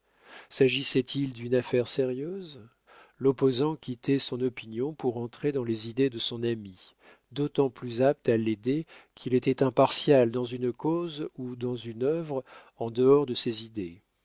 s'agissait-il d'une affaire sérieuse l'opposant quittait son opinion pour entrer dans les idées de son ami d'autant plus apte à l'aider qu'il était impartial dans une cause ou dans une œuvre en dehors de ses idées